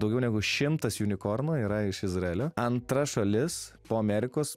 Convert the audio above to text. daugiau negu šimtas junikornų yra iš izraelio antra šalis po amerikos